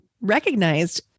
recognized